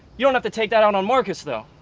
you don't have to take that out on marcus, though.